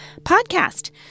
Podcast